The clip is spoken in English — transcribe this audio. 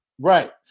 Right